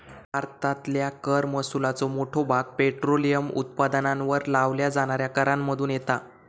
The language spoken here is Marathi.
भारतातल्या कर महसुलाचो मोठो भाग पेट्रोलियम उत्पादनांवर लावल्या जाणाऱ्या करांमधुन येता